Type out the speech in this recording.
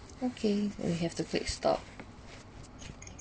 okay then we have to put it stop